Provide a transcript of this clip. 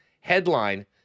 headline